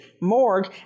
morgue